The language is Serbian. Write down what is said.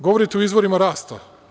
Govorite o izvorima rasta.